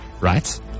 right